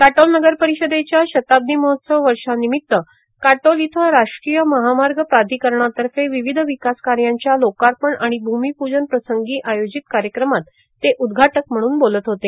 काटोल नगर परिषदेच्या शताब्दी महोत्सव वर्षानिमित्त काटोल येथे राष्ट्रीय महामार्ग प्राधिकरणातर्फे विविध विकासकार्याच्या लोकार्पण आणि भूमीपूजनाप्रसंगी आयोजित कार्यक्रमात ते उद्घाटक म्हणून बोलत होते